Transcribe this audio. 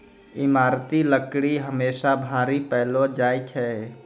ईमारती लकड़ी हमेसा भारी पैलो जा छै